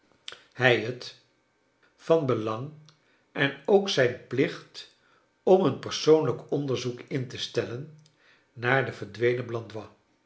hij het van belang en ook zijn plicht om een per s o onlij k onder z oek in te s tellen naar den verdwenen blandois